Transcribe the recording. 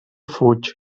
fuig